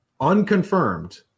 unconfirmed